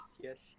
yes